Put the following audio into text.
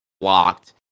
blocked